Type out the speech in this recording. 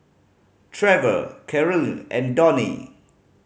Trever Karyl and Donie